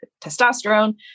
testosterone